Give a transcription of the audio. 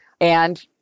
And-